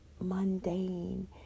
mundane